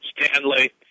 Stanley